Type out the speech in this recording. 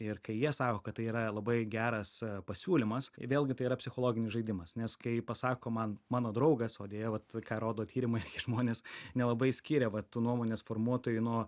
ir kai jie sako kad tai yra labai geras pasiūlymas vėlgi tai yra psichologinis žaidimas nes kai pasako man mano draugas o deja vat ką rodo tyrimai žmonės nelabai skiria vat tų nuomonės formuotojų nuo